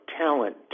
talent